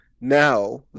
now